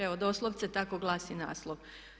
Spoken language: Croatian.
Evo doslovce tako glasi naslov.